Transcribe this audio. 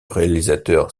réalisateur